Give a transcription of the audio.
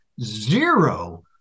zero